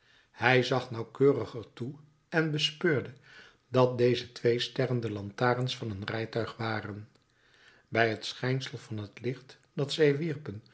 hij zag nauwkeuriger toe en bespeurde dat deze twee sterren de lantaarns van een rijtuig waren bij het schijnsel van het licht dat zij wierpen